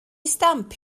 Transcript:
stamp